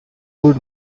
ruled